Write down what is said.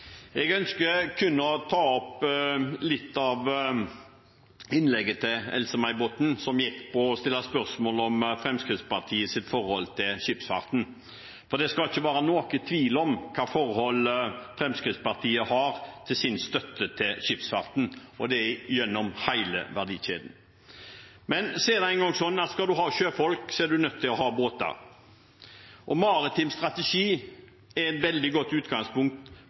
som gikk på å stille spørsmål om Fremskrittspartiets forhold til skipsfarten. Det skal ikke være noen tvil om hva slags forhold Fremskrittspartiet har til sin støtte til skipsfarten, og det gjennom hele verdikjeden. Men det er nå engang sånn at skal en ha sjøfolk, er en nødt til å ha båter, og den maritime strategien er et veldig godt utgangspunkt